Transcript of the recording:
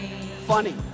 Funny